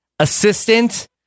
assistant